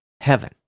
heaven